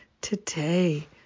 today